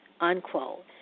unquote